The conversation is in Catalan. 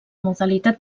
modalitat